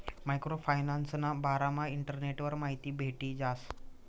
micro फायनान्सना बारामा इंटरनेटवर माहिती भेटी जास